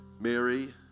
Mary